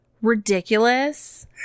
Ridiculous